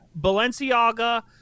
Balenciaga